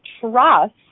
trust